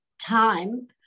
time